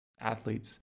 athletes